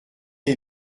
est